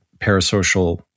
parasocial